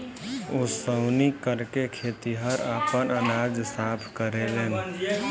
ओसौनी करके खेतिहर आपन अनाज साफ करेलेन